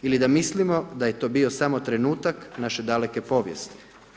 Ili da mislimo da je to bio samo trenutak naše daleke povijesti.